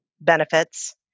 benefits